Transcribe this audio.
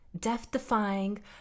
death-defying